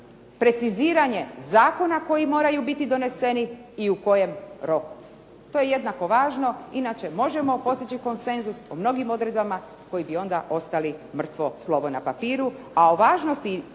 preciziranje zakona koji moraju biti doneseni i u kojem roku. To je jednako važno. Inače možemo postići konsenzus po mnogim odredbama koje bi onda ostali mrtvo slovo na papiru, a o važnosti